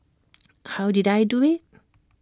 how did I do IT